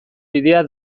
bidea